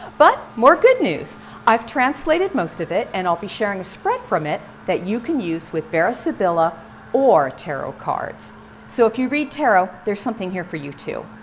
but more good news i've translated most of it and i'll be sharing a spread from it that you can use with vera sibilla or tarot cards. so if you read tarot, there's something here for you, too!